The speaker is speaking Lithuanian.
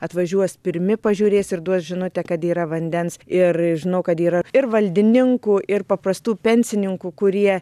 atvažiuos pirmi pažiūrės ir duos žinutę kad yra vandens ir žinau kad yra ir valdininkų ir paprastų pensininkų kurie